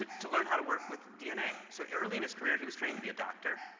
ah to learn how to work with dna. so early in his career he was training to be a doctor,